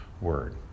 word